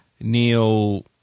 Neil